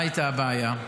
מה הייתה הבעיה?